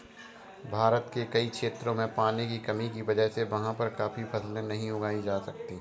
भारत के कई क्षेत्रों में पानी की कमी की वजह से वहाँ पर काफी फसलें नहीं उगाई जा सकती